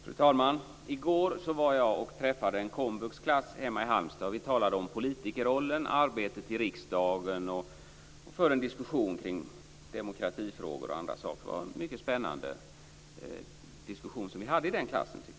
Fru talman! I går träffade jag en komvuxklass hemma i Halmstad, och vi talade om politikerrollen och arbetet i riksdagen. Vi förde en diskussion kring demokratifrågor och andra saker. Det var en mycket spännande diskussion vi hade i den klassen.